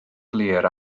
clir